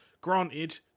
Granted